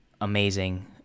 amazing